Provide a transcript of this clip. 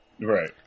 Right